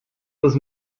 was